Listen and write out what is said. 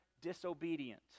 disobedient